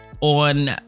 on